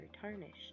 tarnished